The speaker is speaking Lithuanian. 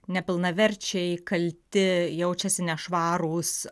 nepilnaverčiai kalti jaučiasi nešvarūs